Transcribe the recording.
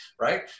right